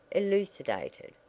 elucidated,